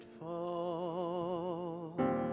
fall